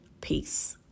Peace